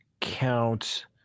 count